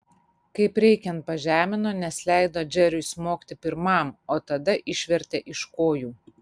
kaip reikiant pažemino nes leido džeriui smogti pirmam o tada išvertė iš kojų